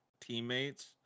teammates